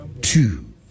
two